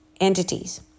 entities